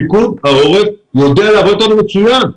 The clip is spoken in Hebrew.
פיקוד העורף יודע לעבוד אתנו מצוין.